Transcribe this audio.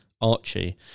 Archie